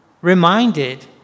reminded